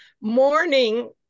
morning